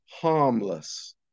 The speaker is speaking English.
harmless